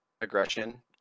aggression